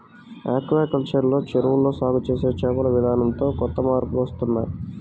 aquaculture లో చెరువుల్లో సాగు చేసే చేపల విధానంతో కొత్త మార్పులు వస్తున్నాయ్